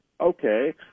Okay